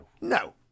No